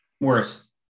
worse